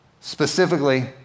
specifically